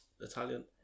Italian